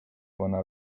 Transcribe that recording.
panna